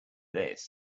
this